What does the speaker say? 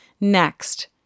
Next